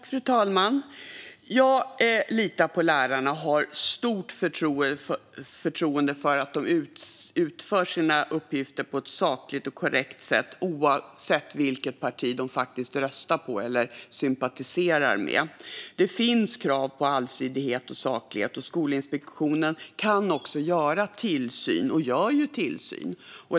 Fru talman! Jag litar på lärarna, och jag har stort förtroende för att de utför sina uppgifter på ett sakligt och korrekt sätt oavsett vilket parti de faktiskt röstar på eller sympatiserar med. Det finns krav på allsidighet och saklighet, och Skolinspektionen kan göra tillsyn - och gör tillsyn.